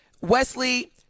Wesley